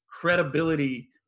credibility